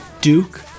Duke